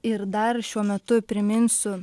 ir dar šiuo metu priminsiu